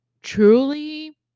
truly